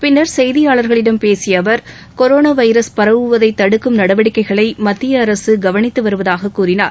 பின்னர் செய்தியாளர்களிடம் பேசிய அவர் கொரோனா வைரஸ் பரவுவதை தடுக்கும் நடவடிக்கைகளை மத்திய அரசு கவனித்து வருவதாகக் கூறினார்